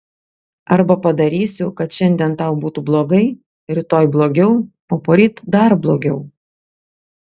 arba padarysiu kad šiandien tau būtų blogai rytoj blogiau o poryt dar blogiau